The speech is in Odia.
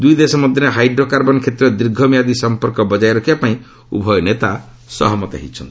ଦୁଇ ଦେଶ ମଧ୍ୟରେ ହାଇଡ୍ରୋ କାର୍ବନ୍ କ୍ଷେତ୍ରରେ ଦୀର୍ଘମିଆଦୀ ସମ୍ପର୍କ ବଜାୟ ରଖିବାପାଇଁ ଉଭୟ ନେତା ସହମତ ହୋଇଛନ୍ତି